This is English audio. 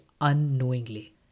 unknowingly